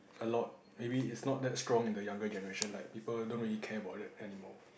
a lot maybe it's not that strong in the younger generation like people don't really care about that anymore